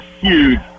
huge